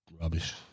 rubbish